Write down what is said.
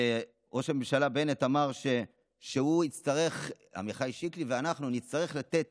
וראש הממשלה בנט אמר שעמיחי שיקלי ואנחנו נצטרך לתת